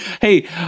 hey